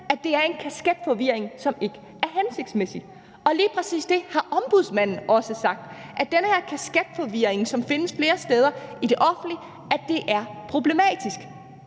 at det er en kasketforvirring, som ikke er hensigtsmæssig, og lige præcis det har Ombudsmanden også sagt: at den her kasketforvirring, som findes flere steder i det offentlige, er problematisk.